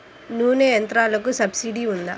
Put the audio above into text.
నూనె యంత్రాలకు సబ్సిడీ ఉందా?